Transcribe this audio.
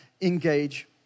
engage